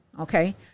okay